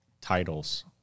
titles